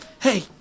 hey